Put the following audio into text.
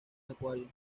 acuario